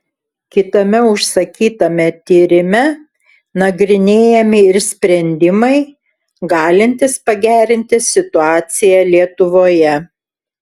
kitame užsakytame tyrime nagrinėjami ir sprendimai galintys pagerinti situaciją lietuvoje